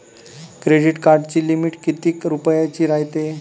Credit कार्डाची limit कितीक रुपयाची रायते?